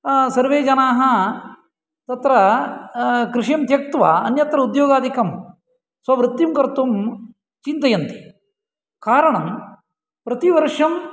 सर्वे जनाः तत्र कृषिं त्यक्त्वा अन्यत्र उद्योगादिकं स्ववृत्तिं कर्तुं चिन्तयन्ति कारणं प्रतिवर्षम्